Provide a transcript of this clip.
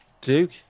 Duke